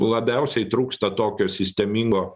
labiausiai trūksta tokio sistemingo